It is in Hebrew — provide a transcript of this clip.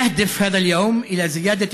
יום זה נועד להגביר את